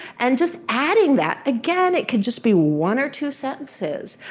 and just adding that. again, it could just be one or two sentences.